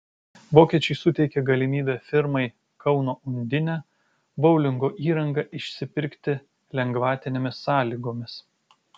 vokiečiai suteikė galimybę firmai kauno undinė boulingo įrangą išsipirkti lengvatinėmis sąlygomis